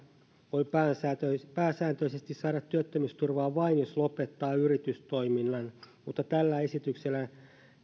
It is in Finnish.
voi pääsääntöisesti pääsääntöisesti saada työttömyysturvaa vain jos lopettaa yritystoiminnan mutta tällä esityksellä